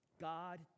God